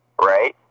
right